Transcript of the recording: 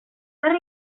zer